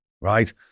right